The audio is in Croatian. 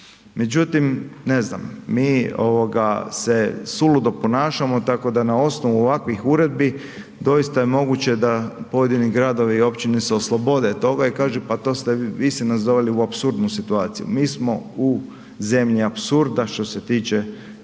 Međutim, ne znam, mi ovoga se suludo ponašamo tako da na osnovu ovakvih uredbi doista je moguće da pojedini gradovi i općine se oslobode toga i kaže, pa to ste, vi ste nas doveli u apsurdnu situaciju, mi smo u zemlji apsurda što se tiče